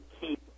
keep